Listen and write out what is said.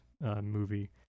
movie